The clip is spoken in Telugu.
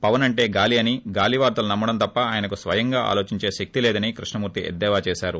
పవన్ అంటే గాలి అని గాలి వార్తలు నమ్మ డం తప్ప ఆయనకు స్వయంగా ఆలోచించే శక్తి లేదని కృష్ణమూర్తి ఎద్దేవా చేశారు